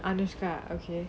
and understand okay